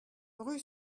rue